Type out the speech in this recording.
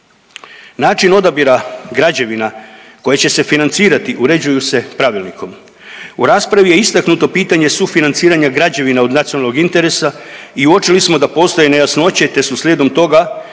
Način odabira građevina koje će se financirati uređuju se pravilnikom. U raspravi je istaknuto pitanje sufinanciranja građevina od nacionalnog interesa i uočili smo da postoje nejasnoće te su slijedom toga